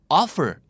offer